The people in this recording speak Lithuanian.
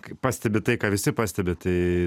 kai pastebi tai ką visi pastebi tai